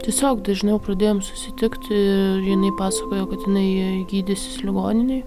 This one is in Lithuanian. tiesiog dažniau pradėjom susitikt ir jinai pasakojo kad jinai j gydysis ligoninėj